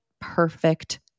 perfect